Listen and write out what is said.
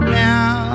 now